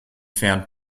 found